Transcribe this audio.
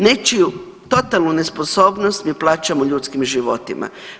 Nečiju totalnu nesposobnost mi plaćamo ljudskim životima.